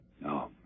No